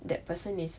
that person is